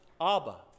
Abba